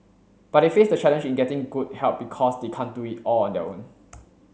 but they face the challenge in getting good help because they can't do it all on their own